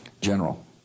General